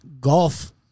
golf